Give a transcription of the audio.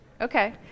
Okay